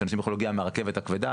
שאנשים יוכלו להגיע מהרכבת הכבדה,